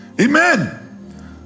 amen